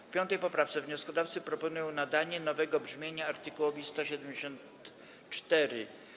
W 5. poprawce wnioskodawcy proponują nadanie nowego brzmienia art. 174.